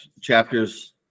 chapters